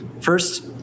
First